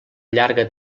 llarga